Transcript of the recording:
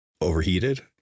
overheated